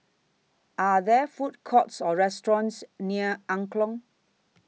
Are There Food Courts Or restaurants near Jalan Angklong